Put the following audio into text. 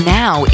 now